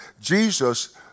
Jesus